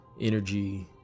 energy